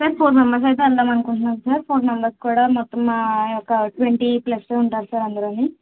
sir four members అయితే వెళదాం అనుకుంటున్నాం సార్ ఫోర్ మెంబెర్స్ కూడా మొత్తం ఒక ట్వంటీ ప్లస్ ఉంటారు సార్ అందరూని